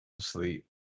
sleep